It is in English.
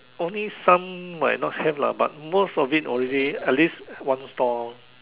only some might not have lah but most of it already at least one stall